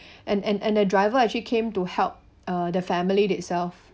and and and the driver actually came to help uh the family itself